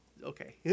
Okay